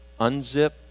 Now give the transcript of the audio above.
unzip